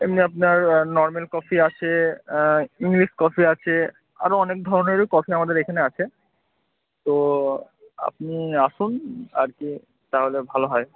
এমনি আপনার normal coffee আছে ইংলিশ কফি আছে আরও অনেক ধরনেরই কফি আমাদের এখানে আছে তো আপনি আসুন আর কি তাহলে ভালো হয়